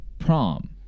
prom